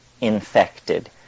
infected